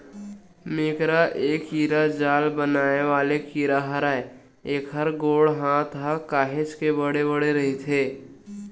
मेकरा ए कीरा जाल बनाय वाले कीरा हरय, एखर गोड़ हात ह काहेच के बड़े बड़े रहिथे